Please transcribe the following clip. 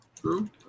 true